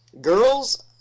Girls